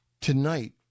Tonight